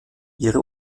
ihre